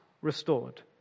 restored